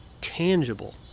tangible